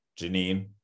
Janine